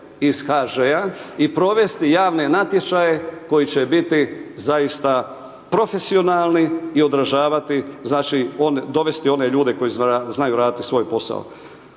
iz HŽ-a i provesti javne natječaje koji će biti zaista profesionalni i održavati, znači, dovesti one ljude koji znaju raditi svoj posao.